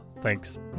Thanks